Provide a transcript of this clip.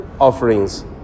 offerings